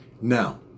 Now